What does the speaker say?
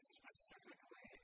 specifically